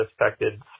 affected